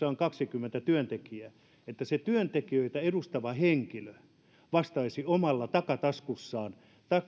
on kaksikymmentä työntekijää niin se työntekijöitä edustava henkilö vastaisi omalla takataskullaan